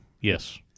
Yes